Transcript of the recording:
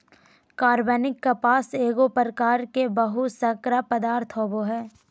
कार्बनिक कपास एगो प्रकार के बहुशर्करा पदार्थ होबो हइ